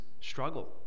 struggle